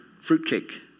fruitcake